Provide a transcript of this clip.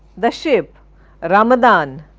the ship, the ramadan,